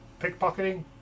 Pickpocketing